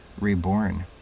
reborn